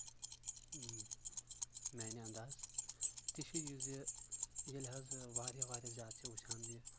میانہِ اَنٛدازٕ تہِ چھُ یہِ زِ ییٚلہِ حظ واریاہ واریاہ زیادٕ چھِ وٕچھان یہِ